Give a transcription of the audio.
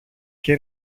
και